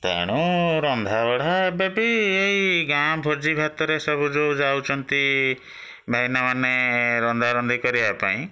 ତେଣୁ ରନ୍ଧାବଢ଼ା ଏବେ ବି ଏଇ ଗାଁ ଭୋଜି ଭାତରେ ସବୁ ଯେଉଁ ଯାଉଛନ୍ତି ଭାଇନାମାନେ ରନ୍ଧା ରନ୍ଧି କରିବା ପାଇଁ